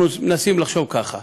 אנחנו מנסים לחשוב ככה.